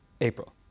April